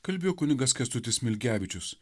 kalbėjo kunigas kęstutis smilgevičius